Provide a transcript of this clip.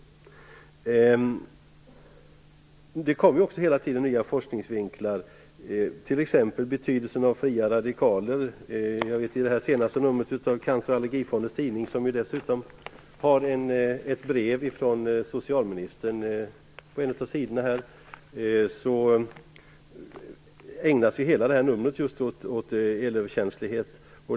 Det kommer hela tiden nya forskningsvinklar, t.ex. betydelsen av fria radikaler. I det senaste numret av Cancer och allergifondens tidning finns med ett brev från socialministern, och hela numret ägnas just åt elöverkänslighet.